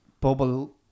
bubble